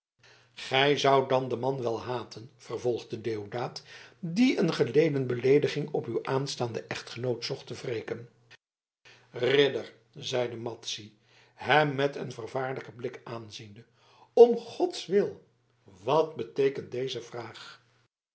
gij zoudt den man dan wel haten vervolgde deodaat die een geleden beleediging op uw aanstaanden echtgenoot zocht te wreken ridder zeide madzy hem met een vervaarden blik aanziende om gods wil wat beteekent deze vraag